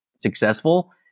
successful